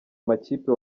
makipe